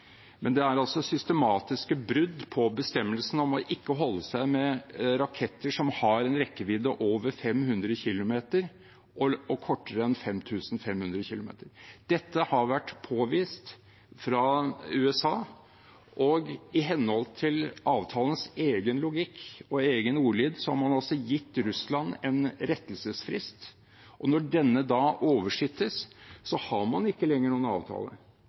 Men det er systematiske brudd på bestemmelsen om ikke å holde seg med raketter som har en rekkevidde over 500 kilometer og kortere enn 5 500 kilometer. Dette har vært påvist fra USA, og i henhold til avtalens egen logikk og egen ordlyd har man altså gitt Russland en rettelsesfrist. Når denne da oversittes, har man ikke lenger noen avtale.